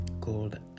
called